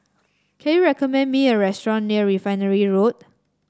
can you recommend me a restaurant near Refinery Road